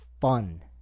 fun